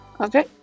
Okay